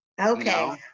Okay